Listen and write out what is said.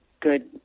good